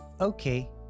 okay